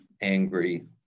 angry